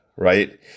Right